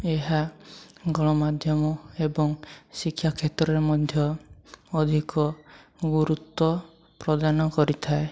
ଏହା ଗଣମାଧ୍ୟମ ଏବଂ ଶିକ୍ଷା କ୍ଷେତ୍ରରେ ମଧ୍ୟ ଅଧିକ ଗୁରୁତ୍ୱ ପ୍ରଦାନ କରିଥାଏ